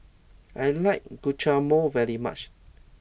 I like Guacamole very much